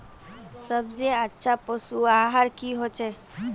सबसे अच्छा पशु आहार की होचए?